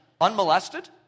unmolested